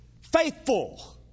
faithful